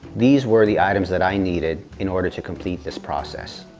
these were the items that i needed in order to complete this process